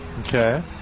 Okay